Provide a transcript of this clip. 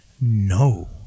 No